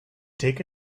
take